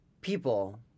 people